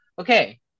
Okay